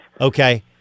Okay